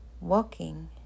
Walking